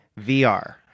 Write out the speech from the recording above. VR